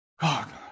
God